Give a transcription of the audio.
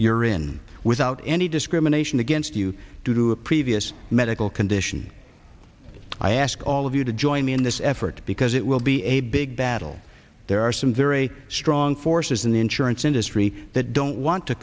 you're in without any discrimination against you due to a medical condition i ask all of you to join me in this effort because it will be a big battle there are some very strong forces in the insurance industry that don't want to